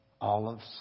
Olives